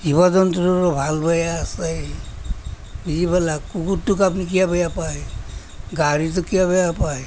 জীৱ জন্তুৰো ভাল বেয়া আছে বুজিব লাগিব কুকুৰটোক আপুনি কিয় বেয়া পায় গাহৰিটোক কিয় বেয়া পায়